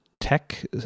tech